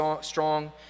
strong